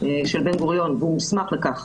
של בן-גוריון, והוא מוסמך לכך,